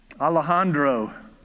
Alejandro